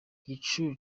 igicuku